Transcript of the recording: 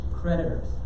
creditors